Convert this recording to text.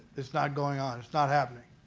it's not going on, it's not happening.